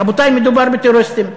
רבותי, מדובר בטרוריסטים.